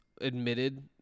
admitted